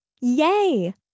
Yay